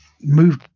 move